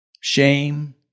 shame